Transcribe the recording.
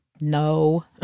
no